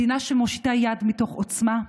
מדינה שמושיטה יד מתוך עוצמה,